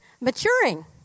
maturing